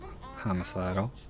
Homicidal